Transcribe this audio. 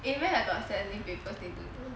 a math I got like seventeen papers need to do